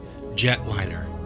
jetliner